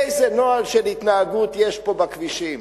איזה נוהל של התנהגות יש פה בכבישים?